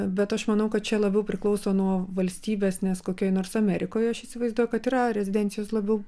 bet aš manau kad čia labiau priklauso nuo valstybės nes kokioj nors amerikoj aš įsivaizduoju kad yra rezidencijos labiau